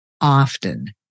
often